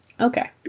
Okay